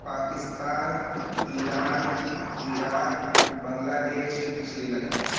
Pakistan Iran Iraq Bangladesh Sri Lanka